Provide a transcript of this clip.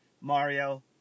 Mario